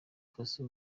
faso